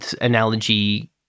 analogy